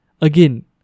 again